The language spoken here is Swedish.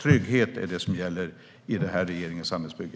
Trygghet är det som gäller i den här regeringens samhällsbygge.